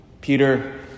Peter